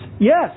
yes